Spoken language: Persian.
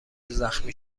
زخمی